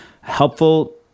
helpful